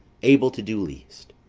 able to do least,